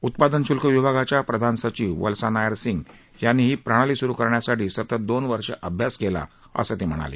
उत्पादन श्ल्क विभागाच्या प्रधान सचिव वल्सा नायर सिंग यांनी ही प्रणाली स्रु करण्यासाठी सतत दोन वर्ष अभ्यास केला असं ते म्हणाले